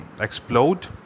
explode